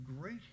great